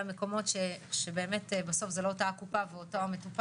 למקומות שבסוף זה לא אותה קופה או אותו המטופל.